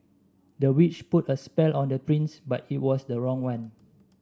the witch put a spell on the prince but it was the wrong one